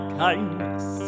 kindness